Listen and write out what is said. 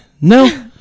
No